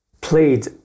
played